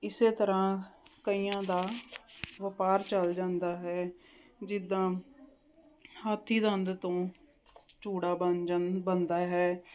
ਇਸ ਤਰ੍ਹਾਂ ਕਈਆਂ ਦਾ ਵਪਾਰ ਚਲ ਜਾਂਦਾ ਹੈ ਜਿੱਦਾਂ ਹਾਥੀ ਦੰਦ ਤੋਂ ਚੂੜਾ ਬਣ ਜਾਂ ਬਣਦਾ ਹੈ